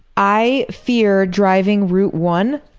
i fear driving route one,